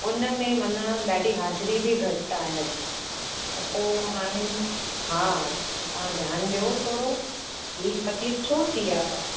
उनमें माना ॾाढी हाज़िरी बि घटि आहे हिन जी त पोइ हाणे हा त तव्हां ध्यानु ॾियो थोरो इहा तकलीफ़ छो थी आहे